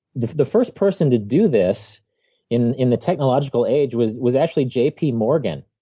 the the first person to do this in in the technological age was was actually j p. morgan.